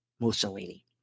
Mussolini